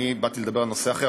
אני באתי לדבר על נושא אחר,